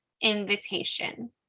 invitation